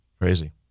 crazy